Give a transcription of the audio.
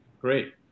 great